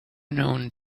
known